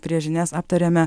prie žinias aptarėme